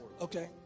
Okay